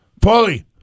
Paulie